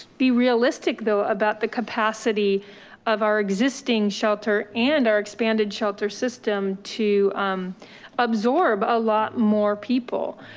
be realistic though, about the capacity of our existing shelter and our expanded shelter system to absorb a lot more people.